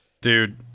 Dude